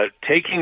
taking